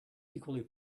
equally